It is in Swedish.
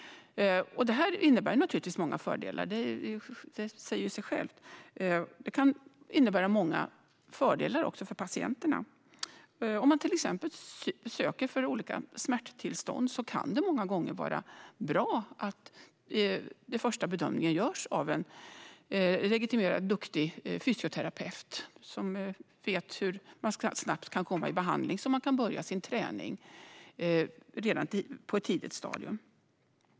Detta innebär många fördelar för patienterna; det säger sig självt. Om man till exempel söker för olika smärttillstånd kan det många gånger vara bra att den första bedömningen görs av en legitimerad duktig fysioterapeut som vet hur man snabbt kan komma i behandling och påbörja sin träning på ett tidigt stadium.